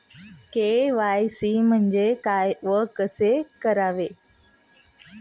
KYC म्हणजे काय व कसे करावे?